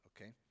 Okay